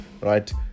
right